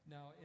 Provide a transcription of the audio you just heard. Now